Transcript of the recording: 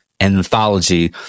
anthology